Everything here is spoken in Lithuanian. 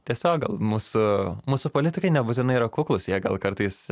tiesiog gal mūsų mūsų politikai nebūtinai yra kuklūs jie gal kartais